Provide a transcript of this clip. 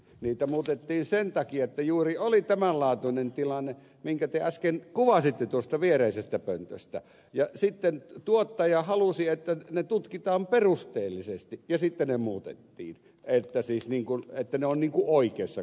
niitä muutettiin sen takia että juuri oli tämän laatuinen tilanne minkä te äsken kuvasitte tuosta viereisestä pöntöstä ja sitten tuottaja halusi että ne tutkitaan perusteellisesti ja sitten ne muutettiin että ne ovat niin kuin oikeassa kohdassa